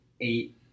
eight